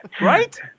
Right